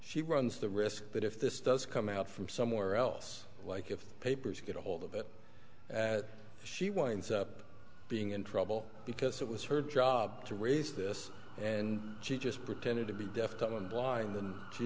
she runs the risk that if this does come out from somewhere else like if the papers get a hold of it she winds up being in trouble because it was her job to raise this and she just pretended to be deaf dumb and blind and